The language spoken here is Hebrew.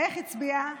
איך הצביע?